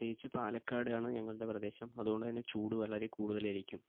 പ്രത്യേകിച്ചും പാലക്കാട് ആണ് ഞങ്ങളുടെ പ്രദേശം അതുകൊണ്ട് തന്നെ ചൂടു വളരെ കൂടുതലായിരിക്കും